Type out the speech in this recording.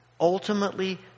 Ultimately